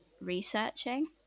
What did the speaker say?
researching